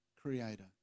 Creator